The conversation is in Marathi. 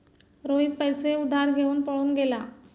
रोहित पैसे उधार घेऊन पळून गेला